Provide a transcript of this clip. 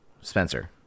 Spencer